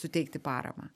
suteikti paramą